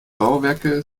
bauwerke